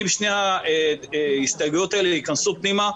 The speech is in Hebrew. אם שתי ההסתייגויות האלה ייכנסו פנימה,